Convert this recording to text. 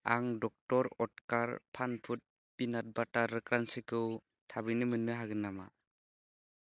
आं डक्तर अत्कार फान फुड पिनाट बाटार क्रान्सिखौ थाबैनो मोन्नो हागोन नामा